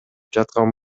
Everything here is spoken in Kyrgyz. жаткан